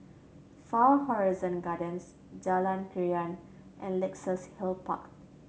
Far Horizon Gardens Jalan Krian and Luxus Hill Park